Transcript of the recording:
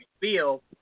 feel